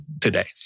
today